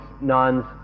nuns